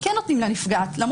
כן נותנים לנפגעת להביע את דעתה.